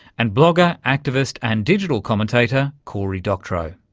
and blogger, activist and digital commentator cory doctorow